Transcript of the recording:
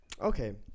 Okay